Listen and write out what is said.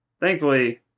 thankfully